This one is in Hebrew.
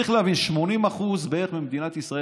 צריך להבין: ב-80% בערך ממדינת ישראל,